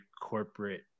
corporate